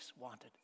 wanted